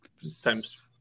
times